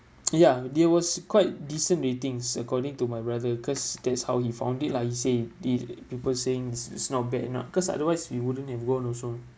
ya there was quite decent ratings according to my brother cause that's how he found it lah he say the people sayings it's not bad you know because otherwise we wouldn't have gone also